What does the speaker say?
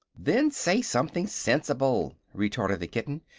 then say something sensible, retorted the kitten.